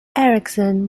erickson